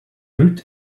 route